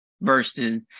Versus